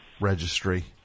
registry